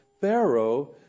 Pharaoh